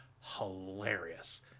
hilarious